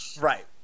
right